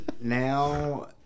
Now